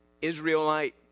Israelite